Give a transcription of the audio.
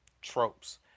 tropes